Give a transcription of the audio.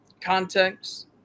context